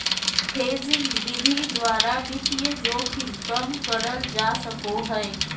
hedging विधि द्वारा वित्तीय जोखिम कम करल जा सको हय